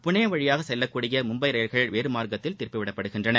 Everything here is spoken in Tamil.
புனே வழியாக செல்லவேண்டிய மும்பை ரயில்கள் வேறு மார்க்கத்தில் திருப்பி விடப்பட்டுள்ளன